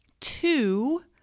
two